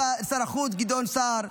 לשר החוץ גדעון סער,